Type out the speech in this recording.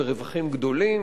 ורווחים גדולים,